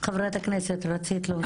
חברת הכנסת, רצית להוסיף משהו.